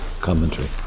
commentary